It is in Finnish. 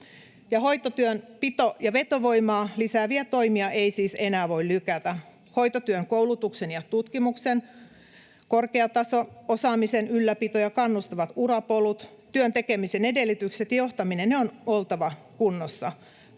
Hoitotyön pito- ja vetovoimaa lisääviä toimia ei siis enää voi lykätä. Hoitotyön koulutuksen ja tutkimuksen korkea taso, osaamisen ylläpito ja kannustavat urapolut, työn tekemisen edellytykset ja johtaminen — niiden on oltava kunnossa.